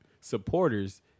supporters